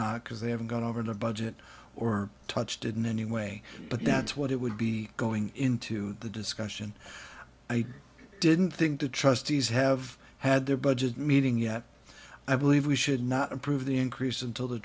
not because they haven't gone over the budget or touched in any way but that's what it would be going into the discussion i didn't think the trustees have had their budget meeting yet i believe we should not approve the increase until the